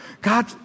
God